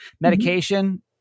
Medication